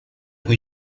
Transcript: quei